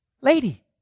lady